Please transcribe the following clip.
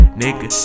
nigga